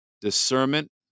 Discernment